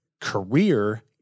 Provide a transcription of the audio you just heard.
career